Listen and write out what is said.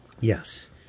Yes